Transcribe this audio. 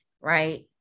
right